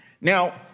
Now